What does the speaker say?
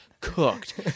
cooked